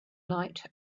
night